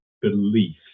belief